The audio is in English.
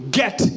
get